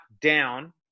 down